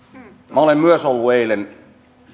minä olen ollut eilen